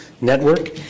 Network